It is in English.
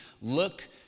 Look